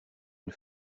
une